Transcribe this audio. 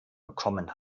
bekommen